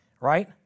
Right